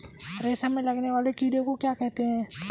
रेशम में लगने वाले कीड़े को क्या कहते हैं?